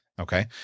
Okay